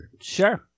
Sure